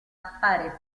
appare